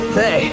hey